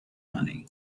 money